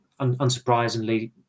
unsurprisingly